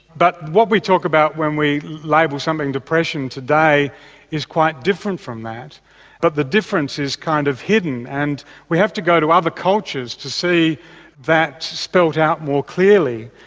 but what we talk about when we label somebody with depression today is quite different from that but the difference is kind of hidden and we have to go to other cultures to see that spelt out more clearly.